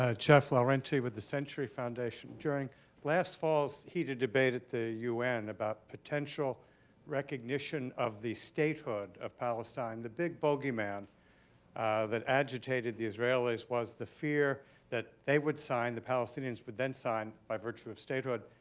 ah jeff laurenti with the century foundation. during last fall's heated debate at the u n. about potential recognition of the statehood of palestine, the big bogeyman that agitated the israelis was the fear that they would sign the palestinians would then sign, by virtue of statehood,